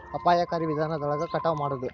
ಅಪಾಯಕಾರಿ ವಿಧಾನದೊಳಗ ಕಟಾವ ಮಾಡುದ